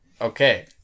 Okay